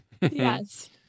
Yes